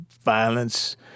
violence